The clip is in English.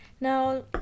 now